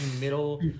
middle